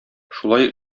шулай